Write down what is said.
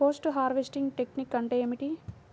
Post harvesting technique అంటే ఏమిటీ?